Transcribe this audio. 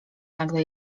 nagle